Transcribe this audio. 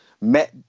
met